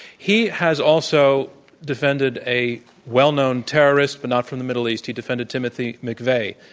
he has also defended a well-known terrorist, but not from the middle east. he defended timothy mcveigh,